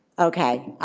okay,